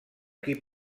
qui